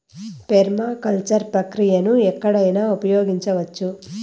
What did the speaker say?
permaculture ప్రక్రియను ఎక్కడైనా ఉపయోగించవచ్చు